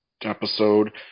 episode